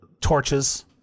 torches